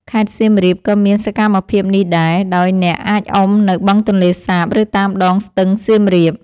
ខេត្តសៀមរាបក៏មានសកម្មភាពនេះដែរ ដោយអ្នកអាចអុំនៅបឹងទន្លេសាប ឬតាមដងស្ទឹងសៀមរាប។